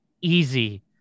easy